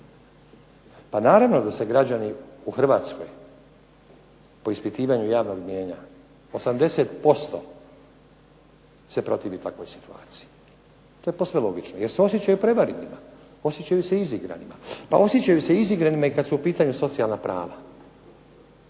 Pa naravno da se građani u Hrvatskoj po ispitivanju javnog mnijenja 80% se protivi takvoj situaciji. To je posve logično, jer se osjećaju prevarenima, osjećaju se izigranima. Pa osjećaju se izigranima i kad su u pitanju socijalna prava,